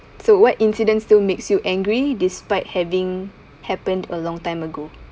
so what incidents still makes you angry despite having happened a long time ago